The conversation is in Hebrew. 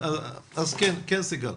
כן סיגל.